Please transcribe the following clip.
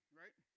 right